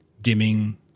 dimming